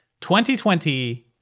2020